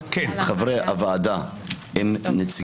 חברי הוועדה הם חברי